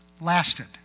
lasted